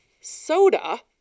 soda